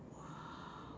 !wah!